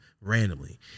randomly